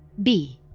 b